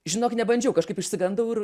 žinok nebandžiau kažkaip išsigandau ir